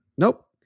Nope